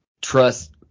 trust